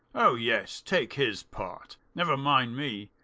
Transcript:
oh! yes. take his part. never mind me.